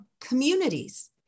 communities